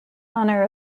honor